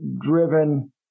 driven